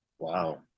Wow